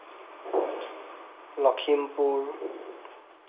Lakhimpur